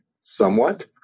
somewhat